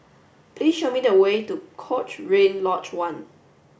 please show me the way to Cochrane Lodge One